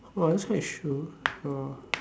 oh that's quite true ah